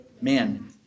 man